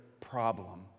problem